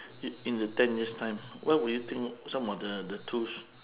in in the ten years time what would you think some of the the tools